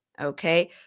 Okay